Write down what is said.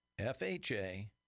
FHA